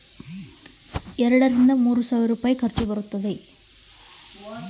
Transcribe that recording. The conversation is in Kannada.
ಹತ್ತಿ ಬೆಳೆ ಮಾರುಕಟ್ಟೆಗೆ ತಲುಪಕೆ ಎಷ್ಟು ಖರ್ಚು ಬರುತ್ತೆ?